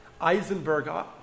Eisenberg